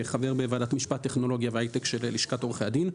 חבר בו ועדת משפט טכנולוגיה והיי-טק של לשכת עורכי הדין.